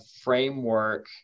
framework